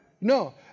No